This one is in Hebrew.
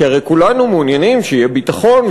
כי הרי כולנו מעוניינים שיהיה ביטחון,